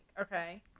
Okay